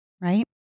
right